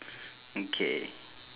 okay